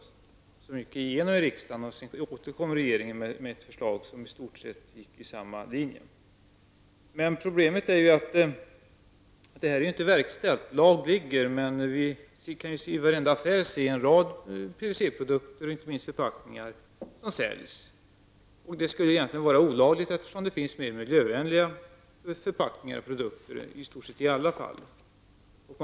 Detta förslag gick igenom i riksdagen, och regeringen återkom sedan med ett förslag som i stort sett fölljde samma linje. Problemet är att detta inte är verkställt. Lagen ligger, men vi kan i varenda affär se en rad PVC produkter -- inte minst förpackningar -- som säljs. Detta skulle egentligen vara olagligt, eftersom det i stort sett i alla fall finns mer miljövänliga förpackningar och produkter.